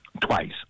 twice